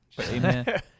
Amen